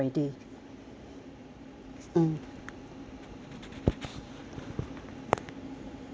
mm